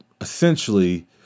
essentially